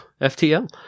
FTL